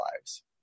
lives